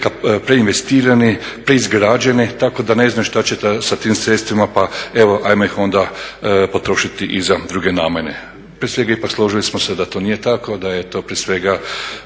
preinvestirani preizgrađene tako da ne znaju šta će sa tim sredstvima pa evo ajmo ih onda potrošiti i za druge namjene. Prije svega složili smo se da to nije tako, da je to prije svega